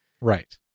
Right